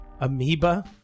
Amoeba